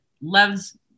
loves